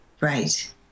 Right